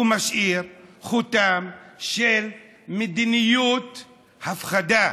הוא משאיר חותם של מדיניות הפחדה,